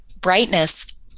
brightness